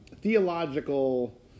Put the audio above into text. theological